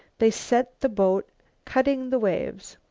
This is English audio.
they set the boat cutting the waves.